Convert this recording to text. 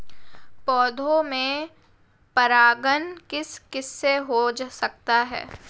पौधों में परागण किस किससे हो सकता है?